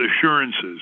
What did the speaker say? assurances